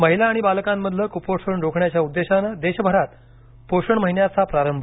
महिला आणि बालकांमधलं कुपोषण रोखण्याच्या उद्देशानं देशभरात पोषण महिन्याचा प्रारंभ